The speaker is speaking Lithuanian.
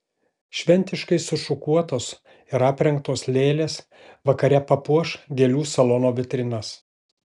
šventiškai sušukuotos ir aprengtos lėlės vakare papuoš gėlių salono vitrinas